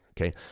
Okay